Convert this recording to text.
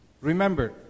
Remember